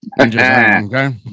okay